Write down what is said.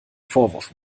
vorwurf